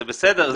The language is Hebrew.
זה בסדר.